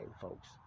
folks